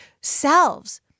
selves